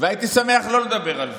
והייתי שמח לא לדבר על זה: